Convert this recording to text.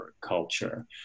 culture